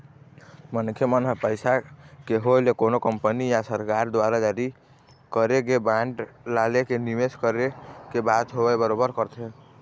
मनखे मन ह पइसा के होय ले कोनो कंपनी या सरकार दुवार जारी करे गे बांड ला लेके निवेस करे के बात होवय बरोबर करथे